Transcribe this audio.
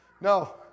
No